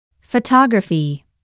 Photography